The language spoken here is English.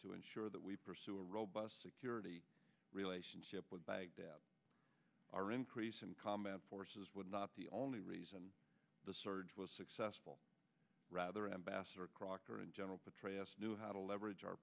to ensure that we pursue a robust security relationship with baghdad our increase in combat forces would not the only reason the surge was successful rather ambassador crocker and general petraeus knew how to leverage our